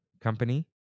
Company